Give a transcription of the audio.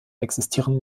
existieren